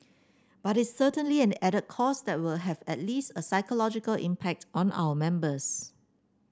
but it's certainly an added cost that will have at least a psychological impact on our members